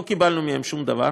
לא קיבלנו מהם שום דבר.